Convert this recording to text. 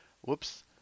Whoops